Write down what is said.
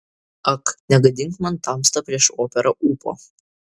ak negadink man tamsta prieš operą ūpo